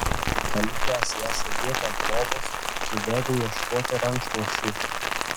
palikęs ją sėdėti ant lovos nubėgau ieškoti rankšluosčių